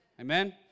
Amen